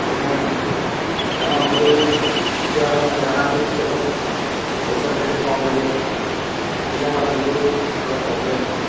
আপোনাৰ ডাঙৰ হ'বলৈ দিগদাৰ হয় মানে দানাটো কেতিয়াবা পইচা নাথাকিলে কম হৈ যায় সেইকেইটাও আনিবলৈও অলপ প্ৰব্লেম হয়